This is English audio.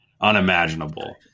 unimaginable